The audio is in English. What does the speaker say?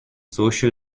social